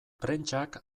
prentsak